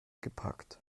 gepackt